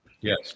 Yes